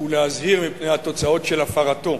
ולהזהיר מפני התוצאות של הפרתו.